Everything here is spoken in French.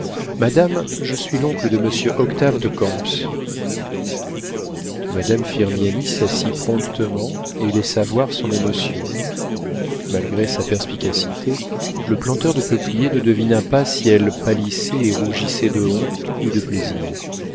madame je suis l'oncle de monsieur octave de camps madame firmiani s'assit promptement et laissa voir son émotion malgré sa perspicacité le planteur de peupliers ne devina pas si elle pâlissait et rougissait de honte ou de plaisir